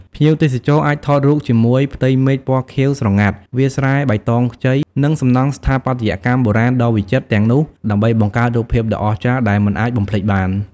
ភ្ញៀវទេសចរអាចថតរូបជាមួយផ្ទៃមេឃពណ៌ខៀវស្រងាត់ វាលស្រែបៃតងខ្ចី និងសំណង់ស្ថាបត្យកម្មបុរាណដ៏វិចិត្រទាំងនោះដើម្បីបង្កើតរូបភាពដ៏អស្ចារ្យដែលមិនអាចបំភ្លេចបាន។